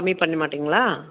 கம்மி பண்ண மாட்டிங்களா